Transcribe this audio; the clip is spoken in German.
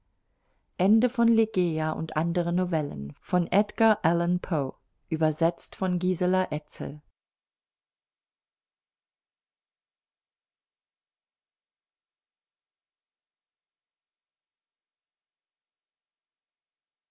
und andere novellen übersetzt von gisela